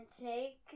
take